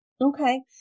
Okay